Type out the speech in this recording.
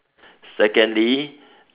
secondly